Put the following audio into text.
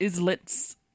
islets